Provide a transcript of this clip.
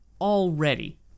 already